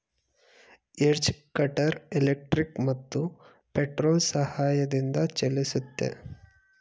edge cutter electric ಮತ್ತು petrol ಸಹಾಯದಿಂದ ಚಲಿಸುತ್ತೆ